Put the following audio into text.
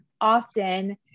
often